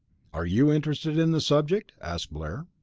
are you interested in the subject? asked blair.